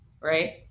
right